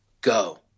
go